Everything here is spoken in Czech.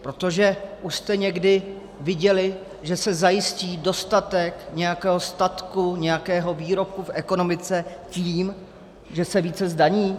Protože už jste někdy viděli, že se zajistí dostatek nějakého statku, nějakého výrobku v ekonomice tím, že se více zdaní?